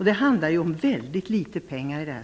I det här sammanhanget handlar det ju om väldigt litet pengar.